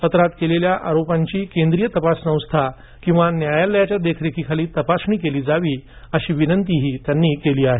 पत्रात केलेल्या आरोपांची केंद्रीय तपास संस्थांद्वारे किंवा न्यायालयाच्या देखरेखीखाली तपासणी केली जावी अशी विनंतीही त्यांनी केली आहे